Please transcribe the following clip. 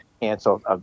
cancel